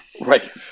Right